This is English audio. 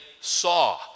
saw